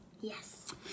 Yes